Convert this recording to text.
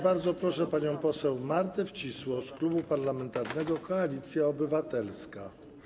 Bardzo proszę panią poseł Martę Wcisło z Klubu Parlamentarnego Koalicja Obywatelska.